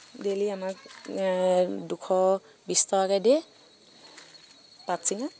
daily আমাক দুশ বিছ টকাকৈ দিয়ে পাত ছিঙাত